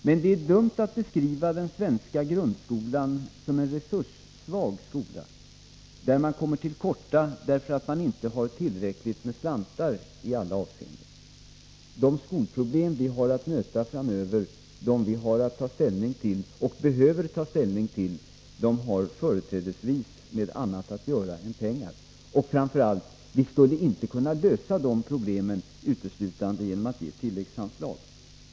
Men det är dumt att beskriva den svenska grundskolan som en resurssvag skola, där man kommer till korta därför att man inte har tillräckligt med slantar i alla avseenden. De skolproblem som vi har att möta framöver, som vi har att ta ställning till och som vi behöver ta ställning till har företrädesvis med annat än pengar att göra. Och framför allt skulle vi inte kunna lösa de problemen uteslutande genom att ge tilläggsanslag.